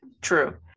True